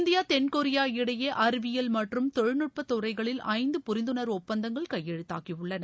India தென்கொரியா இடையே அறிவியல் மற்றும் தொழில் நுட்ப துறைகளில் ஐந்து புரிந்துணர்வு ஒப்பந்தங்கள் கையெழுத்தாகியுள்ளன